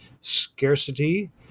scarcity